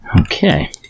Okay